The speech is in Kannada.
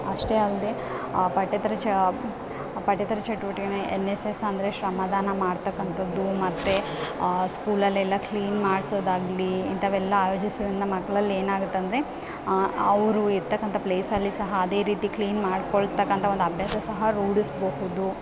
ಅಷ್ಟೇ ಅಲ್ಲದೆ ಪಠ್ಯೇತರ ಚ ಪಠ್ಯೇತರ ಚಟುವಟಿಕೆನೆ ಎನ್ ಎಸ್ ಎಸ್ ಅಂದರೆ ಶ್ರಮದಾನ ಮಾಡ್ತಕ್ಕಂಥದ್ದು ಮತ್ತು ಸ್ಕೂಲಲ್ಲೆಲ್ಲ ಕ್ಲೀನ್ ಮಾಡಿಸೋದಾಗ್ಲಿ ಇಂಥವೆಲ್ಲ ಆಯೋಜಿಸುದ್ರಿಂದ ಮಕ್ಳಲ್ಲಿ ಏನಾಗತ್ತಂದರೆ ಅವರು ಇರತಕ್ಕಂಥ ಪ್ಲೇಸಲ್ಲಿ ಸಹ ಅದೇ ರೀತಿ ಕ್ಲೀನ್ ಮಾಡ್ಕೊಳ್ತಕ್ಕಂಥ ಒಂದು ಅಭ್ಯಾಸ ಸಹ ರೂಢಿಸಬಹುದು